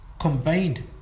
combined